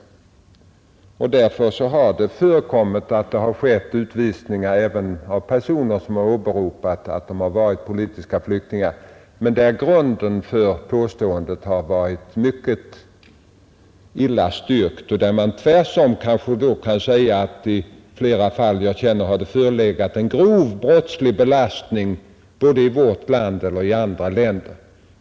Därför har det förekommit utvisningar även av personer som åberopat att de varit politiska flyktingar, i sådana fall där grunden för påståendet har varit mycket illa styrkt och där man kanske tvärtom kan säga — så har det varit i flera fall som jag känner till — att det förelegat en grov brottslig belastning både i vårt land och i andra länder.